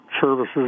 services